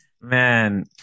Man